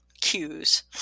cues